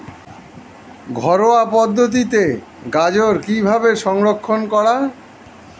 ঘরোয়া পদ্ধতিতে গাজর কিভাবে সংরক্ষণ করা?